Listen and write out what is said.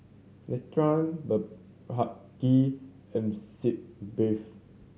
Nutren Blephagel and Sitz Bath